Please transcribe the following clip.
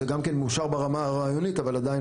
זה גם כן מאושר ברמה הרעיונית אבל עדיין